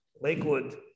Lakewood